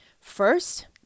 First